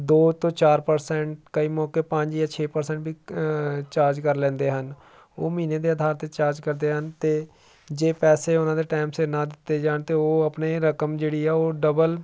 ਦੋ ਤੋਂ ਚਾਰ ਪ੍ਰਸੈਂਟ ਕਈ ਮੌਕੇ ਪੰਜ ਜਾਂ ਛੇ ਪ੍ਰਸੈਂਟ ਵੀ ਚਾਰਜ ਕਰ ਲੈਂਦੇ ਹਨ ਉਹ ਮਹੀਨੇ ਦੇ ਆਧਾਰ 'ਤੇ ਚਾਰਜ ਕਰਦੇ ਹਨ ਅਤੇ ਜੇ ਪੈਸੇ ਉਹਨਾਂ ਦੇ ਟਾਈਮ ਸਿਰ ਨਾ ਦਿੱਤੇ ਜਾਣ ਤਾਂ ਉਹ ਆਪਣੀ ਰਕਮ ਜਿਹੜੀ ਆ ਉਹ ਡਬਲ